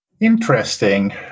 Interesting